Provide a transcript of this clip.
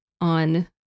on